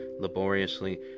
laboriously